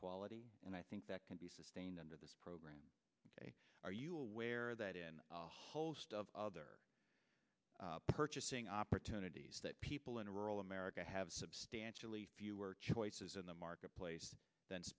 quality and i think that can be sustained under this program are you aware that in a host of other purchasing opportunities that people in rural america have substantially fewer choices in the marketplace then